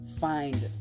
find